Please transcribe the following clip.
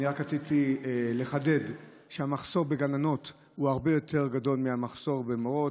אני רק רציתי לחדד שהמחסור בגננות הוא הרבה יותר גדול מהמחסור במורות,